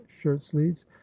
shirt-sleeves